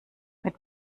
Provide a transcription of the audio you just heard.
mit